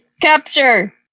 Capture